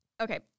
Okay